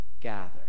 gather